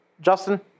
Justin